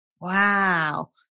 Wow